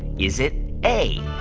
is it a,